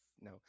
no